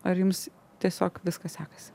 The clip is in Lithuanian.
ar jums tiesiog viskas sekasi